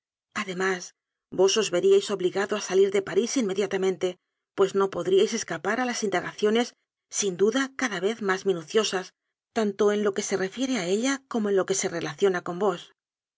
además vos as veríais obligado a salir de parís inmediata mente pues no podríais escapar a las indagacio nes sin duda cada vez más minuciosas tanto en lo que se refiere a ella como en lo que se relacio na con vos